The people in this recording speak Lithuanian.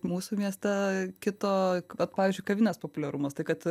mūsų mieste kito vat pavyzdžiui kavinės populiarumas tai kad